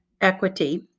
equity